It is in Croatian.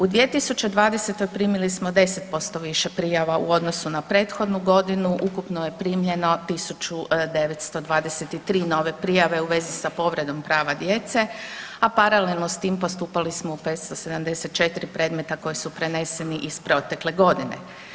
U 2020. primili smo 10% više prijava u odnosu na prethodnu godinu, ukupno je primljeno 1923 nove prijave u vezi sa povredom prava djece, a paralelno s tim postupali smo u 574 predmeta koji su preneseni iz protekle godine.